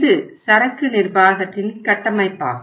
இது சரக்கு நிர்வாகத்தின் கட்டமைப்பாகும்